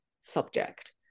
subject